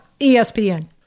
ESPN